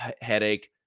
headache